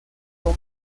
con